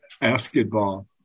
Basketball